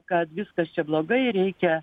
kad viskas čia blogai reikia